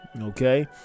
okay